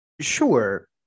Sure